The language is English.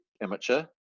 amateur